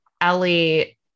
Ellie